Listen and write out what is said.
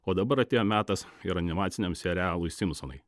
o dabar atėjo metas ir animaciniam serialui simpsonai